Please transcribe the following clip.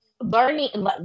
learning